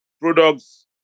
products